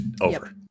over